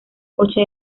coche